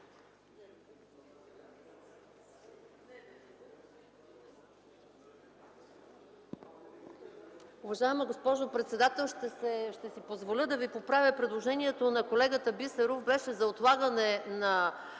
Уважаема госпожо председател, ще си позволя да Ви поправя: предложението на колегата Бисеров беше за отлагане на